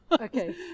okay